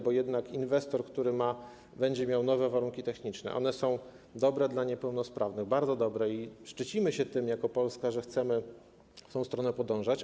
Bo jednak inwestor, który będzie miał nowe warunki techniczne - one są dobre dla niepełnosprawnych, bardzo dobre i szczycimy się tym jako Polska, że chcemy w tę stronę podążać.